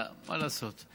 מה לעשות.